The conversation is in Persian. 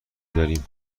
داریم